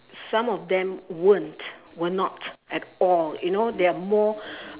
some of them won't will not at all you know they are more